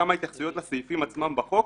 כמה התייחסויות לסעיפים עצמם בחוק,